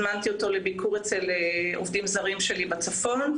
הזמנתי אותו לביקור אצל עובדים זרים שלי בצפון,